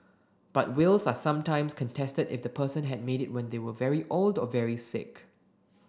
but wills are sometimes contested if the person had made it when they were very old or very sick